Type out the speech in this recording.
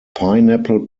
pineapple